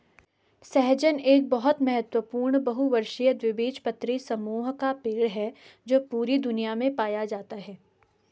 सहजन एक बहुत महत्वपूर्ण बहुवर्षीय द्विबीजपत्री समूह का पेड़ है जो पूरी दुनिया में पाया जाता है